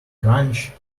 crunch